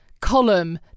column